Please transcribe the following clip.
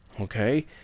Okay